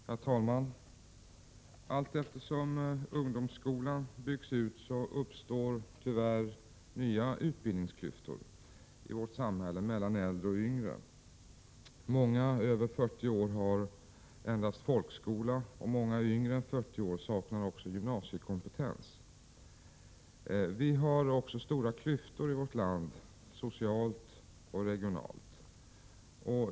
Herr talman! Allteftersom ungdomsskolan byggs ut uppstår tyvärr nya utbildningsklyftor i samhället mellan äldre och yngre. Många över 40 år har endast folkskola, och många yngre än 40 år saknar gymnasiekompetens. Vi har också stora klyftor i vårt land socialt och regionalt.